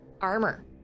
Armor